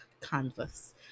canvas